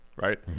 right